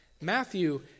Matthew